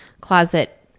closet